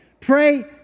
Pray